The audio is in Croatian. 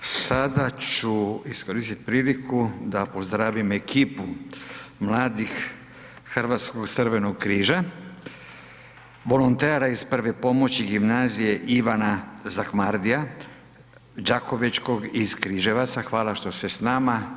Sada ću iskoristiti priliku da pozdravim ekipu mladih Hrvatskog crvenog križa, volontera iz Prve pomoći gimnazije Ivana Zakmardija Đakovačkog iz Križevaca, hvala što ste s nama.